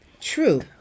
True